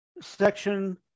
section